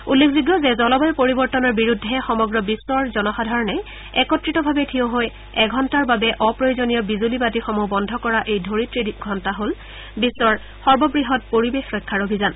উল্লেখযোগ্য যে জলবায়ু পৰিৱৰ্তনৰ বিৰুদ্ধে সমগ্ৰ বিশ্বৰ জনসাধাৰণে একত্ৰিতভাৱে থিয় হৈ এঘণ্টাৰ বাবে অপ্ৰয়োজনীয় বিজুলীবাতিসমূহ বন্ধ কৰা এই ধৰিত্ৰী দিৱস হল বিশ্বৰ সৰ্ববৃহৎ পৰিবেশ ৰক্ষাৰ অভিযান